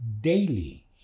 daily